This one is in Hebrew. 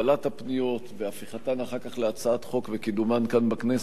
הפניות והפיכתן אחר כך להצעת חוק וקידומן כאן בכנסת,